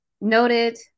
noted